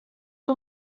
اون